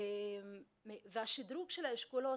אנחנו מקדמים בשנים האחרונות,